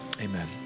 Amen